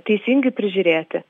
teisingai prižiūrėti